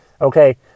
Okay